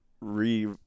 re